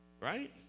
Right